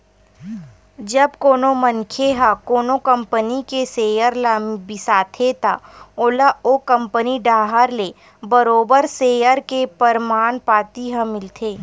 जब कोनो मनखे ह कोनो कंपनी के सेयर ल बिसाथे त ओला ओ कंपनी डाहर ले बरोबर सेयर के परमान पाती ह मिलथे